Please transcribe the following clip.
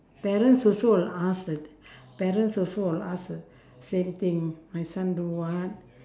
parents also will ask the parents also will ask the same thing my son do what